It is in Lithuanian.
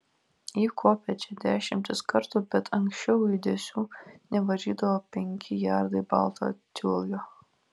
ji kopė čia dešimtis kartų bet anksčiau judesių nevaržydavo penki jardai balto tiulio